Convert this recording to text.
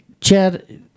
Chad